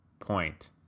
point